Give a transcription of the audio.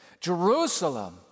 Jerusalem